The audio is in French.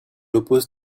oppose